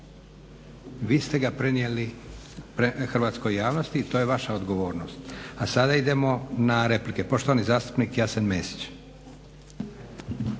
vi ste ga prenijeli hrvatskoj javnosti i to je vaša odgovornost. A sada idemo na replike, poštovani zastupnik Jasen Mesić.